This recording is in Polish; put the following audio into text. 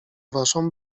waszą